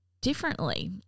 differently